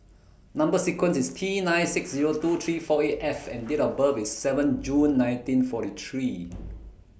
Number sequence IS T nine six Zero two three four eight F and Date of birth IS seven June nineteen forty three